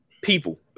people